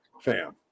Fam